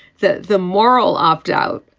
the the moral opt out,